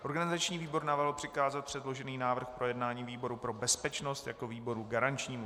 Organizační výbor navrhl přikázat předložený návrh k projednání výboru pro bezpečnost, jako výboru garančnímu.